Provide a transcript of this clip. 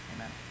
Amen